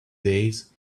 days